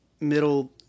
middle